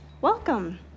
Welcome